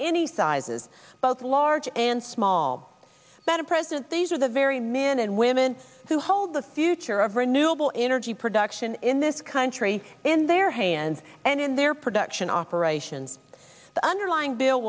any sizes both large and small but a president these are the very men and women who hold the future of renewable energy production in this country in their hands and in their production operations the underlying bill